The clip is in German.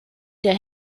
der